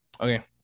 Okay